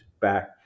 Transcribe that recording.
back